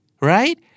right